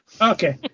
Okay